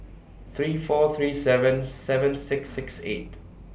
three four three seven seven six six eight